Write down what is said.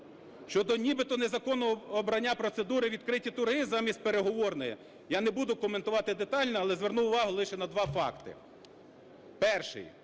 Щодо нібито незаконного обрання процедури "відкриті торги" замість переговорної. Я не буду коментувати детально, але зверну увагу лише на два факти. Перший: